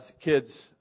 kids